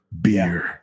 beer